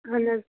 اہن حظ